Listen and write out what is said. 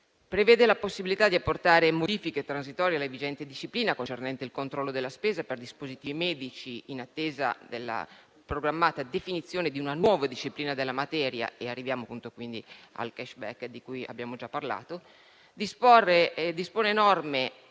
inoltre, la possibilità di apportare modifiche transitorie alla vigente disciplina concernente il controllo della spesa per dispositivi medici in attesa della programmata definizione di una nuova disciplina della materia (e arriviamo, appunto, al *cashback* di cui abbiamo già parlato). Si dispongono norme